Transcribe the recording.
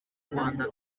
rwanda